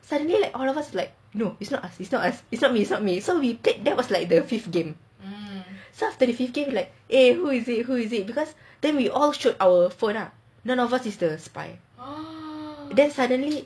suddenly like all of us like no it's not us it's not us it's not me not me so we played that was like the fifth game so after the fifth game like eh who is it who is it because then we all showed our phone ah none of us is the spy then suddenly